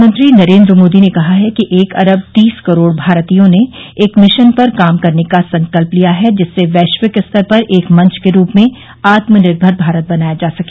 प्रधानमंत्री नरेन्द्र मोदी ने कहा है कि एक अरब तीस करोड़ भारतीयों ने एक मिशन पर काम करने का संकल्प लिया है जिससे वैश्विक स्तर पर एक मंच के रूप में आत्मनिर्भर भारत बनाया जा सके